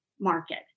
market